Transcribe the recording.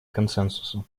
консенсуса